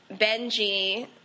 Benji